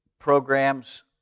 programs